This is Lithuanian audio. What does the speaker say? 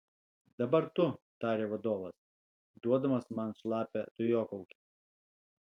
dabar tu tarė vadovas duodamas man šlapią dujokaukę